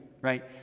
right